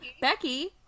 Becky